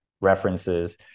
references